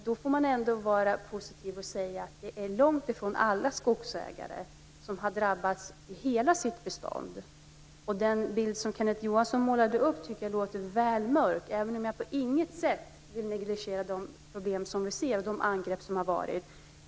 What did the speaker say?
Det är ändå positivt att det är långt ifrån alla skogsägare som har drabbats av angrepp i hela sitt bestånd. Jag tycker att den bild som Kenneth Johansson målade upp verkade väl mörk, även om jag på intet sätt vill negligera de problem som vi ser, de angrepp som har skett.